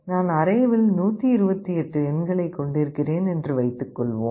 நான் அர்ரேவில் 128 எண்களைக் கொண்டிருக்கிறேன் என்று வைத்துக்கொள்வோம்